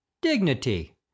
dignity